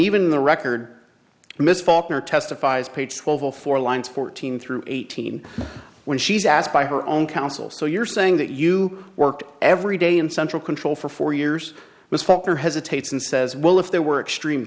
even the record miss falkner testifies page twelve all four lines fourteen through eighteen when she's asked by her own counsel so you're saying that you worked every day in central control for four years miss falkner hesitates and says well if there were extreme